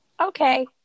Okay